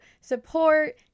support